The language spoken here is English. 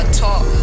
talk